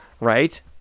Right